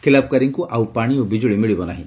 ଖ୍ୱଲାପକାରୀଙ୍କୁ ଆଉ ପାଣି ଓ ବିକୁଳି ମିଳିବ ନାହିଁ